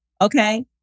Okay